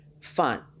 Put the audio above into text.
fun